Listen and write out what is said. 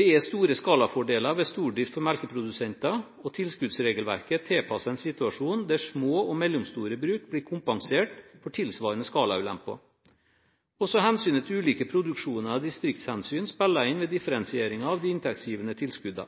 Det er store skalafordeler ved stordrift for melkeprodusenter, og tilskuddsregelverket er tilpasset en situasjon der små og mellomstore bruk blir kompensert for tilsvarende skalaulemper. Også hensynet til ulike produksjoner og distriktshensyn spiller inn ved differensiering av de